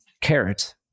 Carrot